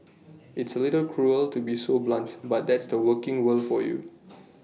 it's A little cruel to be so blunt but that's the working world for you